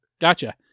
Gotcha